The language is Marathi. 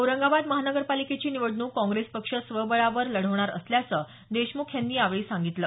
औरंगाबाद महानगरपालिकेची निवडणूक काँग्रेस पक्ष स्वबळावर लढवणार असल्याचं देशमुख यांनी यावेळी सांगितलं